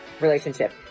relationship